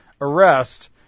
arrest